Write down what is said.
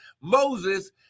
Moses